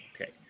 Okay